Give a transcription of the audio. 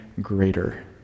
greater